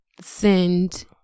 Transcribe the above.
send